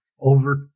over